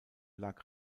lag